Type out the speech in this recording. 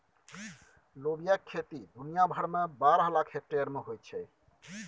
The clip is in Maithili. लोबियाक खेती दुनिया भरिमे बारह लाख हेक्टेयर मे होइत छै